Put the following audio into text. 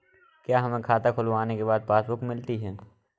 क्या हमें खाता खुलवाने के बाद पासबुक मिलती है?